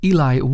Eli